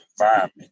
environment